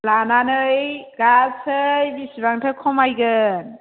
लानानै गासै बेसेबांथो खमायगोन